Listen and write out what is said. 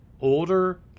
older